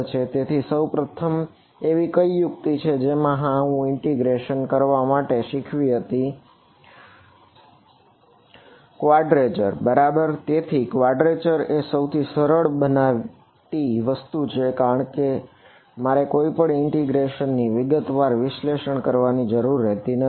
તેથી સૌથી પ્રથમ એવી કઈ યુક્તિ છે જે હું આ ઇન્ટિગ્રેશન ની વિગતવાર વિશ્લેષણ કરવાની જરૂર રહેતી નથી